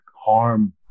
harm